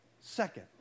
Second